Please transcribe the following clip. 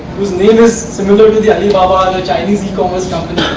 whose name is similar to the alibaba, and the chinese e-commerce company.